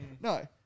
No